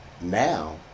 now